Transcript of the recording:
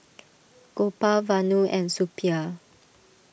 Gopal Vanu and Suppiah